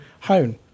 hone